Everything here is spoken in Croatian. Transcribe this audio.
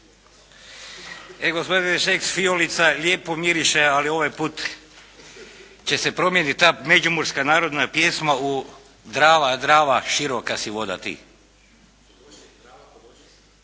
E gospodine Šeks, fijolica lijepo miriše, ali ovaj put će se promijeniti ta međimurska narodna pjesma u "Drava, Drava, široka si voda ti".